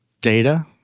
data